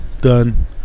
Done